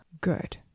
good